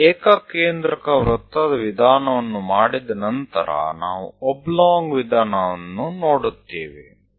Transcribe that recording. ಈ ಏಕಕೇಂದ್ರಕ ವೃತ್ತದ ವಿಧಾನವನ್ನು ಮಾಡಿದ ನಂತರ ನಾವು ಒಬ್ಲೊಂಗ್ ವಿಧಾನವನ್ನು ನೋಡುತ್ತೇವೆ